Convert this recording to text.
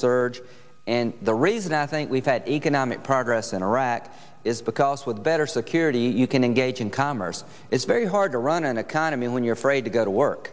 surge and the reason i think we've had economic progress in iraq is because with better security you can engage in commerce it's very hard to run an economy when you're afraid to go to work